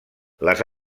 les